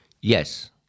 Yes